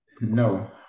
No